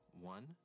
one